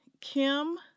Kim